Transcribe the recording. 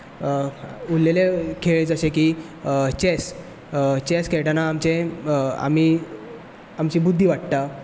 उरलेले खेळ जशे की चॅस चॅस खेळटना आमचे आमी आमची बुद्धी वाडटा